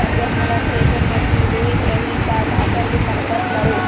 जब मोला thresher machine लेहेक रही ता काकर ले संपर्क करों?